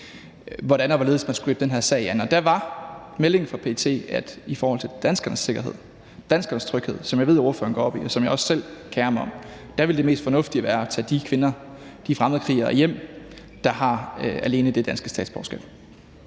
hvordan og hvorledes man skulle gribe den her sag an. Og der var meldingen fra PET, at det i forhold til danskernes sikkerhed og danskernes tryghed, som jeg ved ordføreren går op i, og som jeg også selv kerer mig om, ville det mest fornuftige være at tage de kvinder, de fremmedkrigere, hjem, der har alene det danske statsborgerskab.